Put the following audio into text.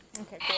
Okay